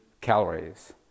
calories